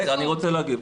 אני רוצה להגיד,